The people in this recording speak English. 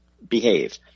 behave